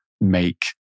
make